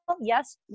yes